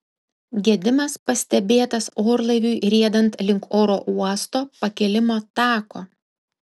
gedimas pastebėtas orlaiviui riedant link oro uosto pakilimo tako